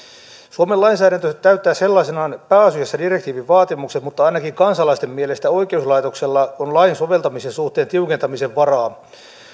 suomen lainsäädäntö täyttää sellaisenaan pääasiassa direktiivin vaatimukset mutta ainakin kansalaisten mielestä oikeuslaitoksella on lain soveltamisen suhteen tiukentamiseen varaa